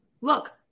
look